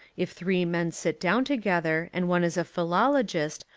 if three men sit down together and one is a philologist,